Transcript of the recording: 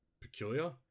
peculiar